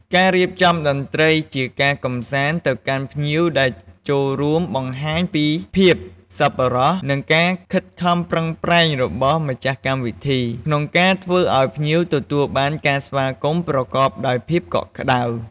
ការរៀបចំតន្ត្រីជាការកម្សាន្តទៅកាន់ភ្ញៀវដែលចូលរួម បង្ហាញពីភាពសប្បុរស និងការខិតខំប្រឹងប្រែងរបស់ម្ចាស់កម្មវិធី ក្នុងការធ្វើឱ្យភ្ញៀវទទួលបានការស្វាគមន៍ប្រកបដោយភាពកក់ក្ដៅ។